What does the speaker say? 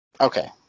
Okay